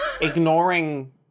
ignoring